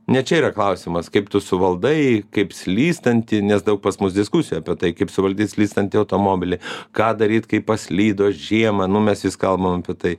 ne čia yra klausimas kaip tu suvaldai kaip slystantį nes daug pas mus diskusijų apie tai kaip suvaldyt slystantį automobilį ką daryt kai paslydo žiemą nu mes vis kalbam apie tai